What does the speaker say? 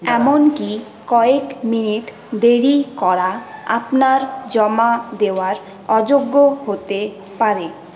এমনকি কয়েক মিনিট দেরি করা আপনার জমা দেওয়ার অযোগ্য হতে পারে